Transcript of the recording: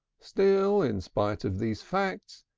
still, in spite of these facts,